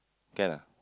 can ah